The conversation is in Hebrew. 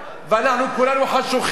ואנחנו כולנו חשוכים.